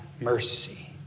mercy